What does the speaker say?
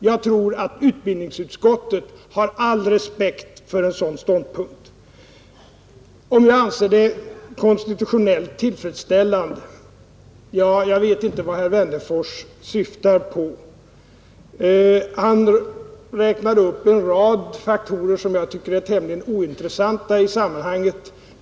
Jag tror att utbildningsutskottet har all respekt för en sådan ståndpunkt. Herr Wennerfors undrar också om jag anser det konstitutionellt tillfredsställande. Jag vet inte vad herr Wennerfors syftar på. Han räknade upp en rad faktorer som jag tycker är tämligen onintressanta i sammanhanget.